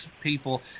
people